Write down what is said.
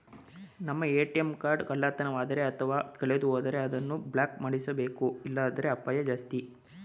ನಮ್ಮ ATM card ಕಳ್ಳತನವಾದರೆ ಅಥವಾ ಕಳೆದುಹೋದರೆ ಅದನ್ನು ಬ್ಲಾಕ್ ಮಾಡಿಸಬೇಕು ಇಲ್ಲಾಂದ್ರೆ ಅಪಾಯ ಜಾಸ್ತಿ